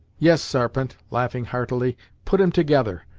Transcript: yes, sarpent, laughing heartily put em together,